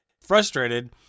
Frustrated